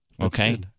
Okay